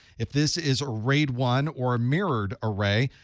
if this is a raid one or a mirrored array,